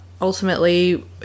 ultimately